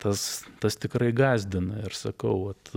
tas tas tikrai gąsdina ir sakau vat